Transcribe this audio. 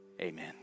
Amen